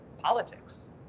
politics